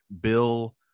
bill